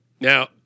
Now